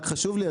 רק חשוב לי,